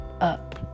up